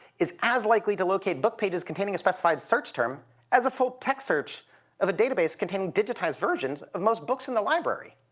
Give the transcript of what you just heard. is as likely to locate book pages containing a specified search term as a full-text search of a database containing digitized versions of most books in the library.